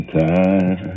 time